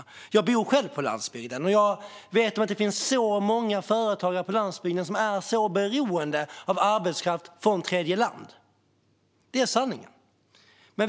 Jag bor själv på landsbygden, och jag vet att det finns många företagare på landsbygden som är beroende av arbetskraft från tredjeland. Det är sanningen.